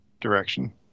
direction